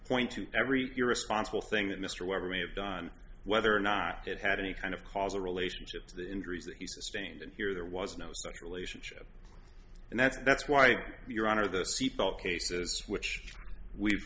point to every irresponsible thing that mr weber may have done whether or not it had any kind of causal relationship to the injuries that he sustained and here there was no such relationship and that's that's why your honor the seatbelt cases which we've